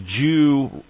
Jew